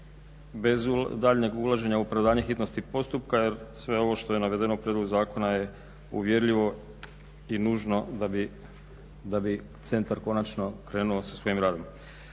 bez daljnjeg ulaženja u opravdanje hitnosti postupka jer sve ovo što je navedeno prijedlog Zakona je uvjerljivo i nužno da bi centar konačno krenuo sa svojim radom.